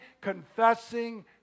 confessing